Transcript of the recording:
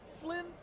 Flynn